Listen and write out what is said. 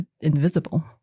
invisible